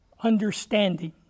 understanding